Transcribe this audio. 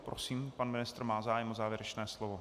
Prosím, pan ministr má zájem o závěrečné slovo.